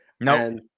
No